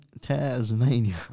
Tasmania